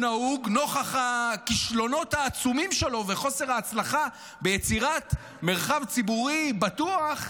נוכח הכישלונות העצומים שלו וחוסר ההצלחה ביצירת מרחב ציבורי בטוח,